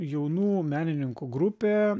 jaunų menininkų grupė